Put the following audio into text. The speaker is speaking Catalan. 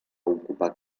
ocupar